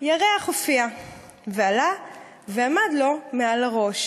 ירח הופיע / ועלה ועמד לו מעל הראש.